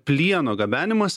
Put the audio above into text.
plieno gabenimas